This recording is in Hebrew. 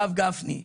הרב גפני,